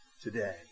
Today